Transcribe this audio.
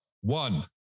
one